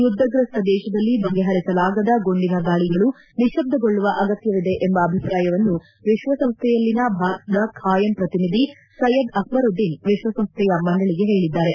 ಯುದ್ದರಸ್ತ ದೇಶದಲ್ಲಿ ಬಗೆಹರಿಸಲಾಗದ ಗುಂಡಿನ ದಾಳಗಳು ನಿಶ್ಚುಗೊಳ್ಳುವ ಅಗತ್ಯವಿದೆ ಎಂಬ ಅಭಿಪ್ರಾಯವನ್ನು ವಿಶ್ವಸಂಸ್ಥೆಯಲ್ಲಿನ ಭಾರತದ ಖಾಯಂ ಪ್ರತಿನಿಧಿ ಸಯ್ದದ್ ಅಕ್ಷರುದ್ದೀನ್ ವಿಶ್ವಸಂಸ್ಥೆಯ ಮಂಡಳಗೆ ಹೇಳಿದ್ದಾರೆ